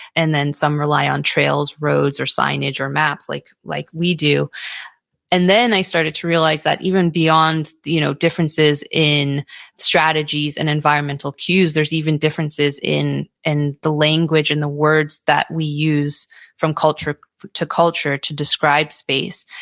and then some rely on trails, roads, or signage or maps like like we do and then i started to realize that even beyond you know differences in strategies and environmental cues, there's even differences in in the language and the words that we use from culture to culture to describe space.